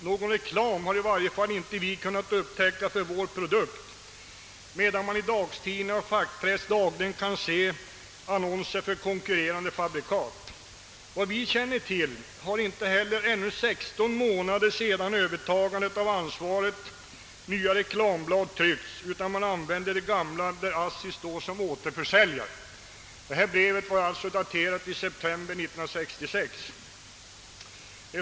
Någon reklam har i varje fall inte vi kunnat upptäcka för vår produkt medan man i dagstidningar och fackpress dagligen kan se annonser för konkurrerande fabrikat.» -— »Vad vi känner till har inte heller ännu 16 månader sedan övertagandet av ansvaret nya reklamblad tryckts, utan man använder de gamla där ASSI står som återförsäljare.» Detta brev är daterat i september 1966.